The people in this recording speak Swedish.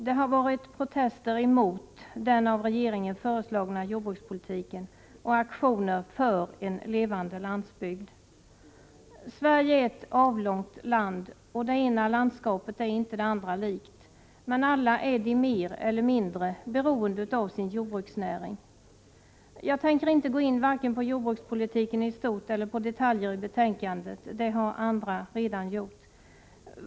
Det har varit protester mot den av regeringen föreslagna jordbrukspolitiken och aktioner för en levande landsbygd. Sverige är ett avlångt land, och det ena landskapet är inte det andra likt, men alla är de mer eller mindre beroende av sin jordbruksnäring. Jag tänker inte gå in vare sig på jordbrukspolitiken i stort eller på detaljer i betänkandet — det har andra redan gjort.